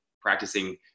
practicing